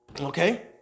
Okay